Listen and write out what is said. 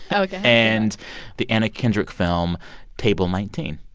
ok. and the anna kendrick film table nineteen.